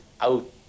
out